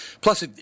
Plus